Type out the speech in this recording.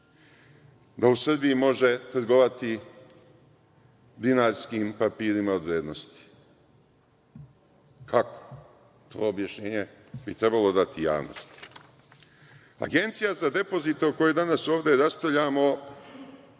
smislu reči, može trgovati dinarskim papirima od vrednosti? Kako? To objašnjenje bi trebalo dati javnosti. Agencija za depozite o kojoj danas ovde raspravljamo